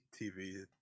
tv